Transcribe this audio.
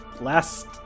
last